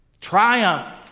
triumph